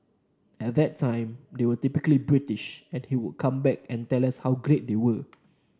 at that time they were typically British and he would come back and tell us how great they were